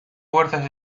fuerzas